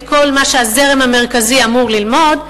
הם לא מלמדים את כל מה שהזרם המרכזי אמור ללמוד,